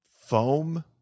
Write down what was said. foam